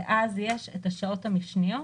ואז יש את השעות המשניות,